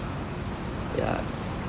ya